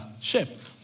ship